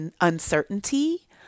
uncertainty